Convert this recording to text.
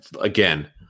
again